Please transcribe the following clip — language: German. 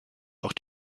auch